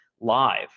live